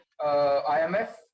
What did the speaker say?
IMF